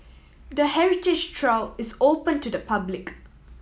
the heritage trail is open to the public